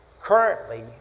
currently